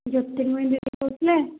ଜ୍ୟୋର୍ତିମୟୀ ଦିଦି କହୁଥିଲେ